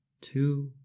two